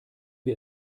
wir